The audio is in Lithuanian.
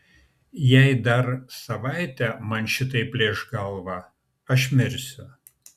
jei dar savaitę man šitaip plėš galvą aš mirsiu